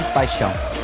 paixão